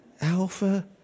Alpha